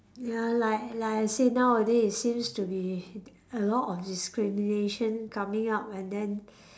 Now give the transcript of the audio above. ya like like I say nowadays it seems to be a lot of discrimination coming out and then